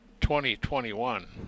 2021